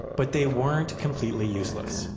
but they weren't completely useless.